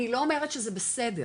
אני לא אומרת שזה בסדר,